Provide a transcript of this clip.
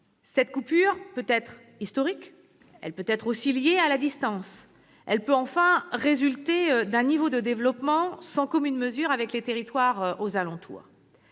Cette coupure peut être historique ; elle peut être aussi liée à la distance ; elle peut enfin résulter d'un niveau de développement sans commune mesure avec les territoires des environs.